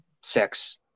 sex